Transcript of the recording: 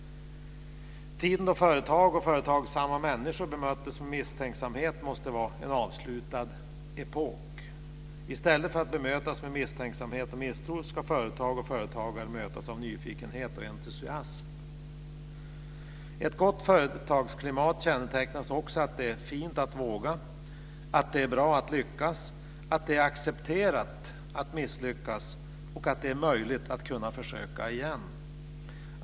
Tiden då företag och företagsamma människor bemöttes med misstänksamhet måste vara en avslutad epok. I stället för att bemötas med misstänksamhet och misstro ska företag och företagare mötas av nyfikenhet och entusiasm. Ett gott företagsklimat kännetecknas också av att det är fint att våga, att det är bra att lyckas, att det är accepterat att misslyckas och att det är möjligt att försöka igen.